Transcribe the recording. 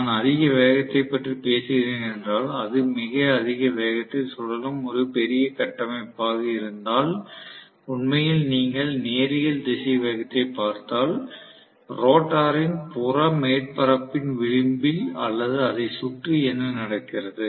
நான் அதிக வேகத்தைப் பற்றி பேசுகிறேன் என்றால் அது மிக அதிக வேகத்தில் சுழலும் ஒரு பெரிய கட்டமைப்பாக இருந்தால் உண்மையில் நீங்கள் நேரியல் திசைவேகத்தைப் பார்த்தால் ரோட்டரின் புற மேற்பரப்பின் விளிம்பில் அல்லது அதைச் சுற்றி என்ன நடக்கிறது